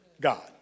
God